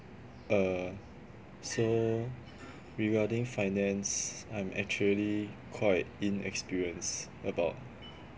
err so regarding finance I'm actually quite inexperienced about